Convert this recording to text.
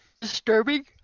Disturbing